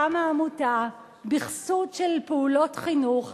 קמה עמותה בכסות של פעולות חינוך,